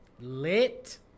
lit